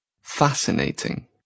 Fascinating